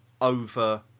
over